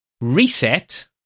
Reset